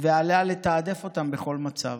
ועליה לתעדף אותם בכל מצב.